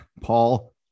Paul